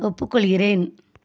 ஒப்புக்கொள்கிறேன்